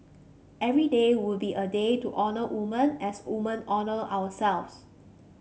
every day would be a day to honour woman as woman honour ourselves